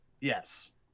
Yes